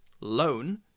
loan